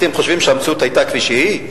אתם חושבים שהמציאות היתה כפי שהיא?